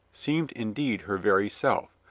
seemed indeed her very self,